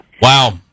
Wow